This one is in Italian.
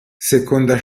seconda